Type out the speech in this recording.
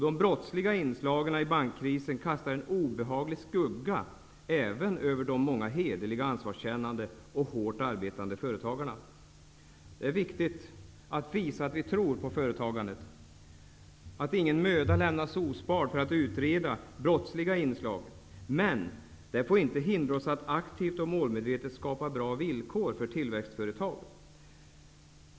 De brottsliga inslagen i bankkrisen kastar en obehaglig skugga även över de många hederliga, ansvarskännande och hårt arbetande företagarna. Det är viktigt att visa att vi tror på företagandet och att ingen möda lämnas ospard för att utreda brottsliga inslag. Men detta får inte hindra oss att aktivt och målmedvetet skapa bra villkor för tillväxtföretag.